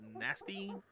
nasty